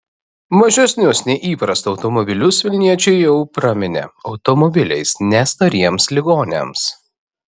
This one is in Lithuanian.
mažesnius nei įprasta automobilius vilniečiai jau praminė automobiliais nestoriems ligoniams